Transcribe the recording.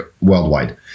worldwide